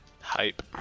Hype